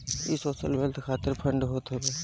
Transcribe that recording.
इ social wealth खातिर fund होत हवे